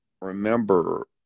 remember